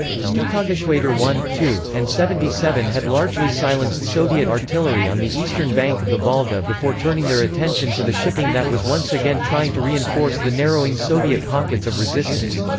stukageschwader one, two, and seventy seven had largely silenced soviet artillery on the eastern bank of the volga before turning their attention to the shipping that was once again trying to reinforce the narrowing soviet pockets of resistance.